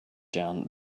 down